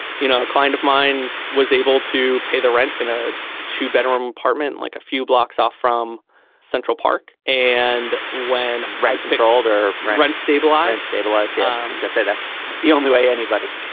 you know a client of mine was able to pay the rent in a two bedroom apartment like a few blocks off from central park and when rat controlled or rent stabilized stabilized um like i said that's that's the only way anybody.